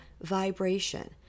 vibration